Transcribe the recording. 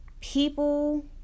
people